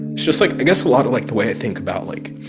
just like i guess a lot of, like, the way i think about, like,